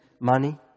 money